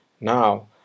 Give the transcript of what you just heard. Now